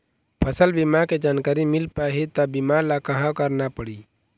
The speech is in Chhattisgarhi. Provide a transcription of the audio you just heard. फसल बीमा के जानकारी मिल पाही ता बीमा ला कहां करना पढ़ी?